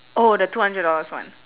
oh the two hundred dollars one